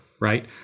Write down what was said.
right